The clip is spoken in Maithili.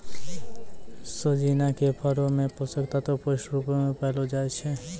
सोजिना के फरो मे पोषक तत्व पुष्ट रुपो मे पायलो जाय छै